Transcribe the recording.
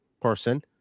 person